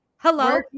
Hello